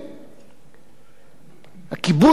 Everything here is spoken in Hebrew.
הכיבוש היחיד שאנחנו מכירים בו הוא הכיבוש